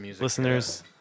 listeners